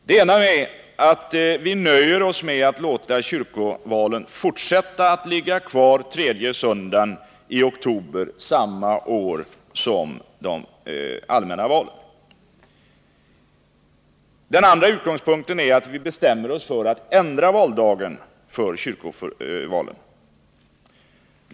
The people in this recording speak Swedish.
Det ena är att vi nöjer oss med att låta kyrkovalen fortsätta att äga rum den tredje söndagen i oktober samma år som de allmänna valen. Den andra utgångspunkten är att vi bestämmer oss för att ändra valdagen för kyrkofullmäktigvalen.